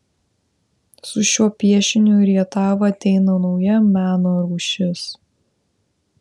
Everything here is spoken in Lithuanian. su šiuo piešiniu į rietavą ateina nauja meno rūšis